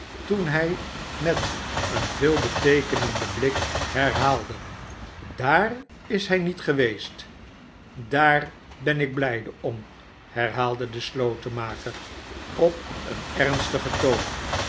toen hij met een veelbeteekenenden blik herhaalde daar is hij niet geweest daar ben ik blijde om herhaalde de slotenmaker op een ernstigen toon